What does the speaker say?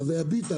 אז זה היה ביטן.